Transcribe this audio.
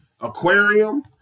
aquarium